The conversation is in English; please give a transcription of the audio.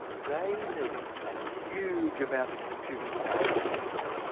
they need a huge amount of computing power to do this.